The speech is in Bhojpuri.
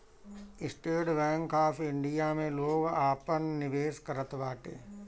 स्टेट बैंक ऑफ़ इंडिया में लोग आपन निवेश करत बाटे